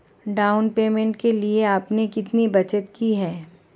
Down payment के लिए आपने कितनी बचत की है?